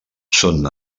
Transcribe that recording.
són